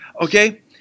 Okay